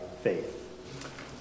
faith